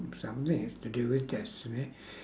something have to do with destiny